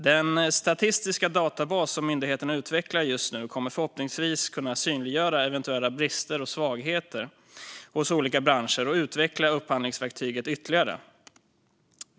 Den statistiska databas som myndigheten utvecklar just nu kommer förhoppningsvis att kunna synliggöra eventuella brister och svagheter hos olika branscher och utveckla upphandlingsverktyget ytterligare.